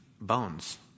bones